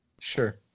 Sure